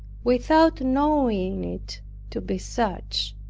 without knowing it to be such.